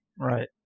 Right